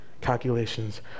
calculations